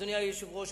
אדוני היושב-ראש,